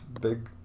big